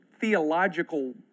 theological